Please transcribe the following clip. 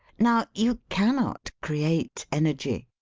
now, you cannot create energy,